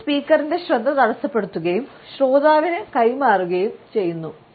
ഇത് സ്പീക്കറിന്റെ ശ്രദ്ധ തടസ്സപ്പെടുത്തുകയും ശ്രോതാവിന് കൈമാറുകയും ചെയ്യുന്നു